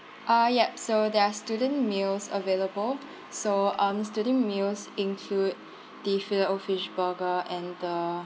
uh yup so there are student meals available so um student meals include the fillet O fish burger and the